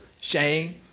shame